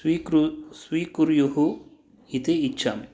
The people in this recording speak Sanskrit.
स्वीकृ स्वीकुर्युः इति इच्छामि